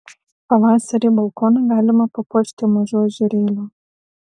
pavasarį balkoną galima papuošti mažu ežerėliu